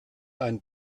einen